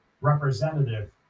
representative